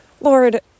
Lord